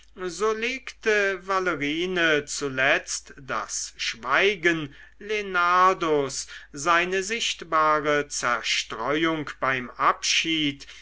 so legte valerine zuletzt das schweigen lenardos seine sichtbare zerstreuung beim abschied